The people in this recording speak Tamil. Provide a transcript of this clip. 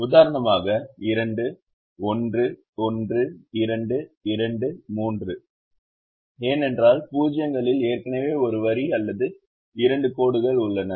உதாரணமாக 2 1 1 2 2 3 ஏனென்றால் 0 களில் ஏற்கனவே ஒரு வரி அல்லது இரண்டு கோடுகள் உள்ளன